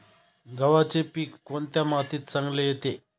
गव्हाचे पीक कोणत्या मातीत चांगले येते?